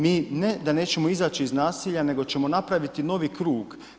Mi ne da nećemo izaći iz nasilja nego ćemo napraviti novi krug.